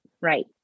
Right